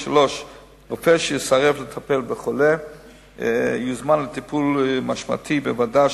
3. רופא שיסרב לטפל בחולה יוזמן לטיפול משמעתי בוועדה,